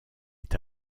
est